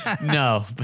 No